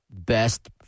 best